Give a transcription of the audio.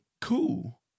cool